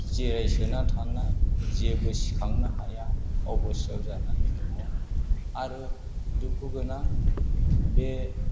जिरायसोनानै थानाय जेबो सिखांनो हाया अबस्थायाव जानानै दङ आरो दुखुगोनां बे